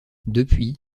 depuis